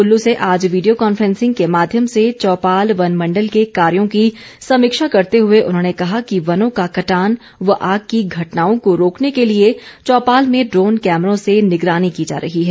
कुल्लू से आज video conferencing के माध्यम से चौपाल वनमण्डल के कार्यों की समीक्षा करते हुए उन्होंने कहा कि वनों का कटान व आग की घटनाओं को रोकने के लिए चौपाल में ड्रोन कैमरों से निगरानी की जा रही है